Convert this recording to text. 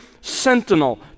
sentinel